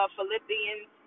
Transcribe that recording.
Philippians